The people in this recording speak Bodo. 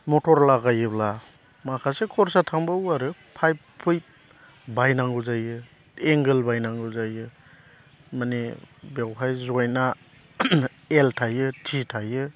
मटर लागायोब्ला माखासे खरसा थांबावो आरो पाइप फुइप बायनांगौ जायो एंगोल बायनांगौ जायो माने बेवहाय जइनआ एल थायो टि थायो